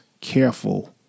careful